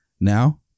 Now